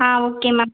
ah okay ma'am